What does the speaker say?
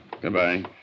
Goodbye